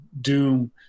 Doom